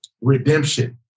redemption